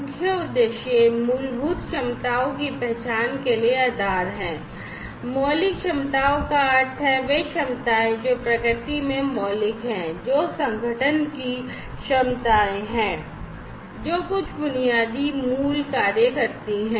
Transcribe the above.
मुख्य उद्देश्य मूलभूत क्षमताओं की पहचान के लिए आधार हैं मौलिक क्षमताओं का अर्थ है वे क्षमताएं जो प्रकृति में मौलिक हैं जो कि संगठन की क्षमताएं हैं जो कुछ बुनियादी मूल कार्य करती हैं